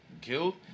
killed